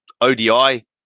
ODI